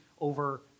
over